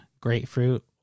grapefruit